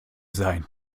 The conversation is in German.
sein